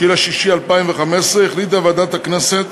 9 ביוני 2015, החליטה ועדת הכנסת,